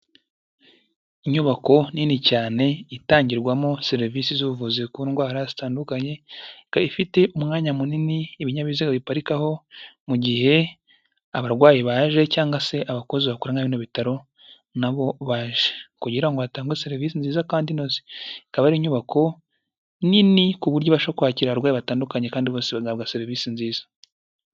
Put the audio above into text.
Inyubako nini cyane itangirwamo serivisi z'ubuvuzi ku ndwara zitandukanye, ikaba ifite umwanya munini ibinyabiziga biparikaho mu gihe abarwayi baje cyangwa se abakozi bakora muri ibi bitaro nabo baje, kugira ngo hatange serivisi nziza kandi inoze, ikaba ari inyubako nini ku buryo ibasha kwakira abarwayi batandukanye kandi bose bagahabwa serivisi nziza.